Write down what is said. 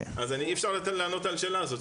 אי אפשר לענות על השאלה הזאת,